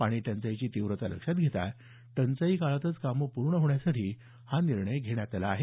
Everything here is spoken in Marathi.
पाणी टंचाईची तीव्रता लक्षात घेता टंचाई काळातच कामं पूर्ण होण्यासाठी हा निर्णय घेण्यात आला आहे